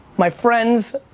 my friends,